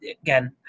again